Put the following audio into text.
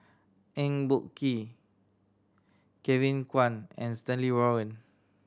Eng Boh Kee Kevin Kwan and Stanley Warren